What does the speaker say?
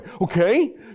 Okay